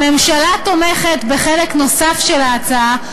הממשלה תומכת בחלק נוסף של ההצעה,